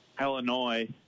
Illinois